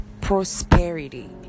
prosperity